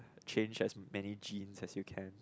change as many gene as you can